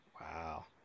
Wow